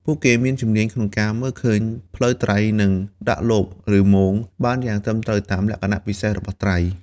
ពួកគេមានជំនាញក្នុងការមើលឃើញផ្លូវត្រី និងដាក់លប ឬមងបានយ៉ាងត្រឹមត្រូវតាមលក្ខណៈពិសេសរបស់ត្រី។